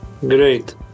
Great